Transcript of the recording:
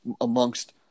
amongst